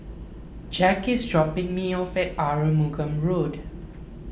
Jack is dropping me off at Arumugam Road